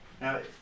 Now